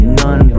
none